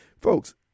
Folks